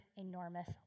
enormous